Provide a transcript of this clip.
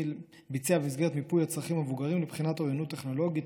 ביצע במסגרת מיפוי הצרכים למבוגרים לבחינת אוריינות טכנולוגית,